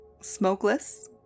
smokeless